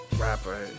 rapper